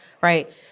right